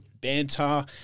banter